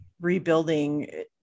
rebuilding